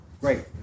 Great